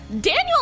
Daniel